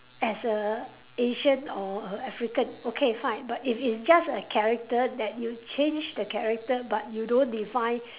as a Asian or a African okay fine but if it's just a character that you change the character but you don't define